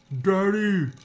Daddy